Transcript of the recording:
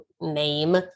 name